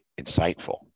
insightful